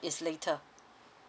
is later